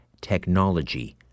Technology